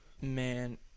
man